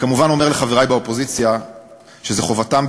אני כמובן אומר לחברי באופוזיציה שזו חובתם,